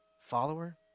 follower